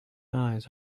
eyes